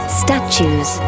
statues